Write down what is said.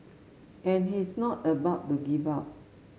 and he's not about to give up